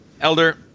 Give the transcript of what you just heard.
Elder